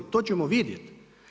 To ćemo vidjeti.